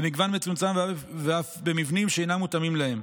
במגוון מצומצם ואף במבנים שאינם מותאמים להם.